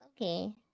Okay